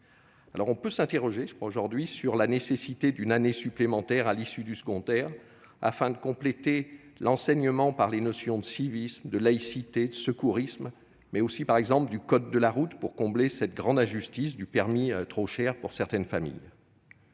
On peut s'interroger aujourd'hui sur la nécessité d'une année supplémentaire à l'issue du secondaire afin de compléter l'enseignement par les notions de civisme, de laïcité, de secourisme, mais aussi par le code de la route pour combler cette grande injustice d'un permis de conduire trop cher pour certaines familles.